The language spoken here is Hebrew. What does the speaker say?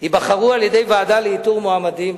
ייבחרו על-ידי ועדה לאיתור מועמדים,